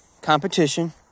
competition